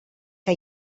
que